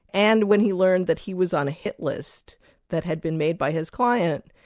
and when he learned that he was on a hit list that had been made by his client,